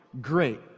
great